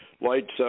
lights